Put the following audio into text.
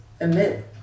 emit